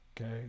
Okay